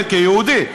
כיהודי.